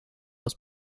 aus